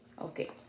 Okay